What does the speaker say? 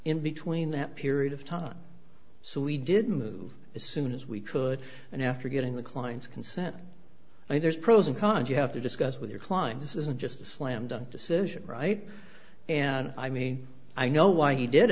in between that period of time so we didn't move as soon as we could and after getting the client's consent and there's pros and cons you have to discuss with your client this isn't just a slam dunk decision right and i mean i know why he did